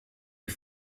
die